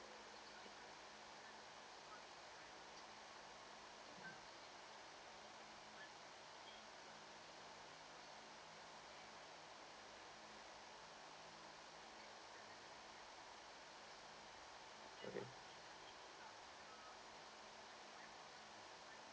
okay